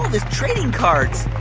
his trading cards